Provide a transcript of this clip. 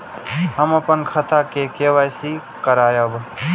हम अपन खाता के के.वाई.सी के करायब?